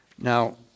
Now